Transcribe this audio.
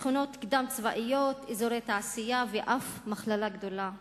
מכינות קדם-צבאיות, אזורי תעשייה ואף מכללה גדולה.